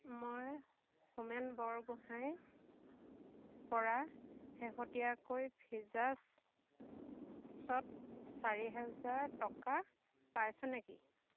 মই হোমেন বৰগোঁহাঞিৰ পৰা শেহতীয়াকৈ ফ্ৰী চাৰ্জত চাৰি হাজাৰ টকা পাইছোঁ নেকি